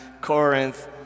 Corinth